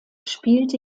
spielte